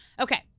Okay